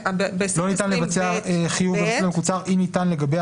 "לא ניתן לבצע חיוב במסלול מקוצר אם ניתן לגבי